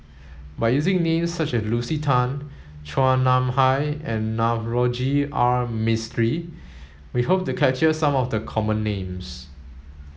by using names such as Lucy Tan Chua Nam Hai and Navroji R Mistri we hope to capture some of the common names